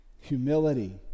Humility